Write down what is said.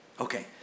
Okay